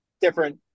different